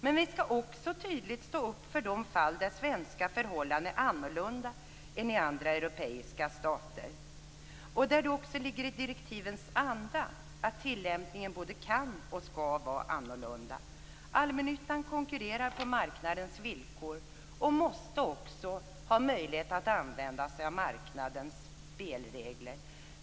Men vi skall också tydligt stå upp för de fall där svenska förhållanden är annorlunda än i andra europeiska stater. Det ligger också i direktivens anda att tillämpningen både kan och skall vara annorlunda. Allmännyttan konkurrerar på marknadens villkor och måste också ha möjlighet att använda sig av marknadens spelregler.